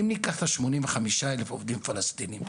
אם ניקח את השמונים וחמישה אלף עובדים פלסטינים,